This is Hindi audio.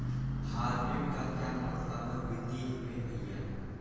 हाइब्रिड का क्या मतलब है वित्तीय में भैया?